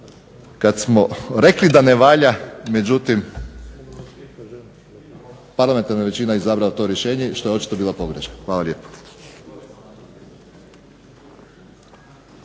kad smo rekli da ne valja. Međutim, parlamentarna većina je izabrala to rješenje što je očito bila pogreška. Hvala lijepo.